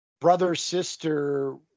brother-sister